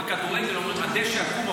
זה כמו בכדורגל שאומרים: הדשא עקום.